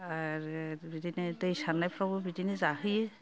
आरो बिदिनो दै सारनायफ्रावबो बिदिनो जाहोयो